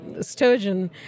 Sturgeon